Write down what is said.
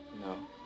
No